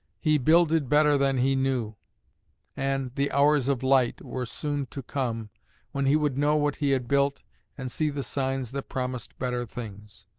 he builded better than he knew and the hours of light were soon to come when he would know what he had built and see the signs that promised better things.